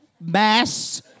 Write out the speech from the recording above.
mass